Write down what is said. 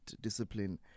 discipline